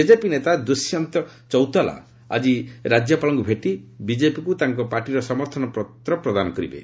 KJP ନେତା ଦୃଷ୍ୟନ୍ତ ଚୌତାଲା ଆଜି ରାଜ୍ୟପାଳଙ୍କୁ ଭେଟି ବିଜେପିକୁ ତାଙ୍କ ପାର୍ଟିର ସମର୍ଥନ ପତ୍ର ପ୍ରଦାନ କରିବେ